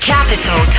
Capital